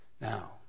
Now